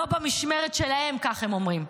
לא במשמרת שלהם, כך הם אומרים.